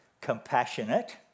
compassionate